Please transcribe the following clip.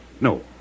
No